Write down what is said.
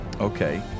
Okay